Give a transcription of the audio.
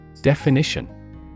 Definition